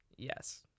Yes